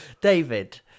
David